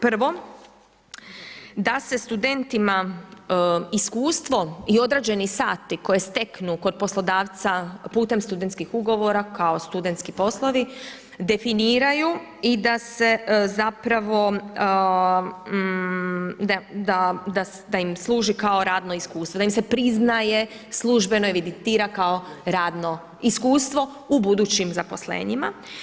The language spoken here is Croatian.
Prvo, da se studentima iskustvo i odrađeni sati koje steknu kod poslodavca putem studentskih ugovora kao studentski poslovi definiraju i da se zapravo da im služi kao radno iskustvo, da im se priznaje službeno evidentira kao radno iskustvo u budućim zaposlenjima.